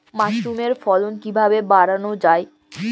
মাসরুমের ফলন কিভাবে বাড়ানো যায়?